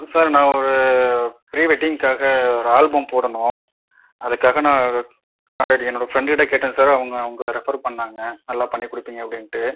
sir நான் ஒரு pre வெட்டிங்க்காக ஒரு ஆல்பம் போடணும் அதுக்காக நான் காண்டக்ட் என்னோட ஃப்ரெண்டு கிட்டே கேட்டேன் சார் அவங்க உங்களை ரெஃபெர் பண்ணாங்க நல்லா பண்ணி கொடுப்பீங்க அப்படின்ட்டு